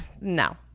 no